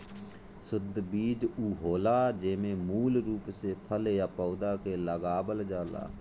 शुद्ध बीज उ होला जेमे मूल रूप से फल या पौधा के लगावल जाला